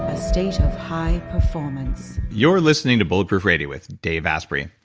ah state of high performance. you're listening to bulletproof radio with dave asprey.